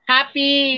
Happy